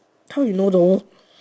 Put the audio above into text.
how you know though